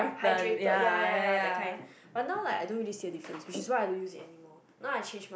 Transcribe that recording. hydrated ya ya ya ya that kind but now like I don't really see a difference which is why I don't use it anymore now I change mask